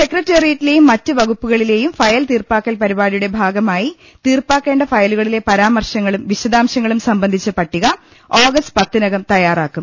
സെക്രട്ടറിയേറ്റിലേയും മറ്റ് വകുപ്പുകളിലെയും ഫ്യൽതീർപ്പാക്കൽ പരിപാടിയുടെ ഭാഗമായി തീർപ്പാക്കേണ്ട ഫയലുകളിലെ പരാമർശങ്ങളും വിശദാംശങ്ങളും സംബന്ധിച്ച് പട്ടിക ഓഗസ്റ്റ് പത്തിനകം തയ്യാറാക്കും